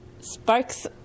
Sparks